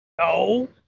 No